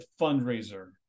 fundraiser